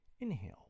Inhale